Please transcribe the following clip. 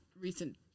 recent